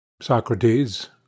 Socrates